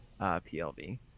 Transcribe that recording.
PLV